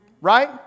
right